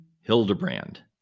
Hildebrand